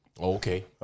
Okay